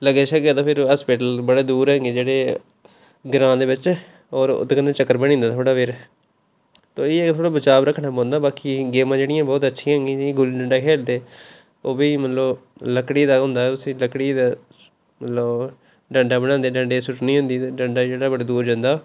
लग्गै शग्गै तां फिर हस्पिटल बड़ै दूर होंदे जेह्ड़े ग्रांऽ दे बिच्च होर ओह्दे कन्नै चक्कर बनी जंदा थोह्ड़ा फिर ते इ'यै ऐ थोह्ड़ा बचाव रक्खना पौंदा बाकी गेमां जेह्ड़ियां बौह्त अच्छियां होंदियां जियां गुल्ली डंडा खेलदे ओह् बी मतलब लकड़ी दा गै होंदा उसी लकड़ी दा मतलब ओह् डंडा बनांदे डंडे दी सुट्टनी होंदे ते डंडा जेह्ड़ा बड़ा दूर जंदा